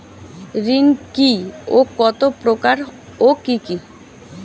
ঋণ কি ও কত প্রকার ও কি কি?